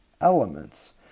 elements